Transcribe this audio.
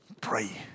pray